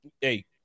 hey